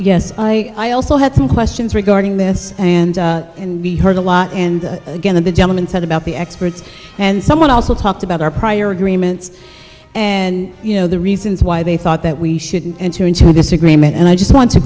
yes i also had some questions regarding this hand we heard a lot and again the gentleman said about the experts and someone also talked about our prior agreements and you know the reasons why they thought that we should enter into this agreement and i just want to